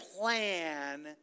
plan